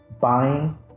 buying